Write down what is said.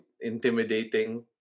intimidating